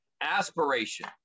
Aspiration